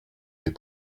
mais